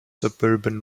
suburban